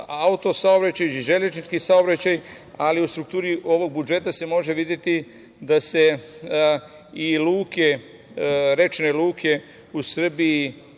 auto saobraćaj, železnički saobraćaj, ali u strukturi ovog budžeta se može videti da se i luke, rečne luke u Srbiji